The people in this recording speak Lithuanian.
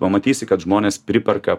pamatysi kad žmonės priperka